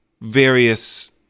various